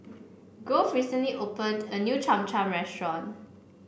Grove recently opened a new Cham Cham Restaurant